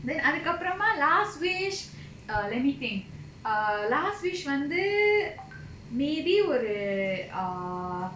then அதுக்கப்பரமா:adhukkapparama last wish err let me think err last wish வந்து:vandhu maybe ஒரு:oru err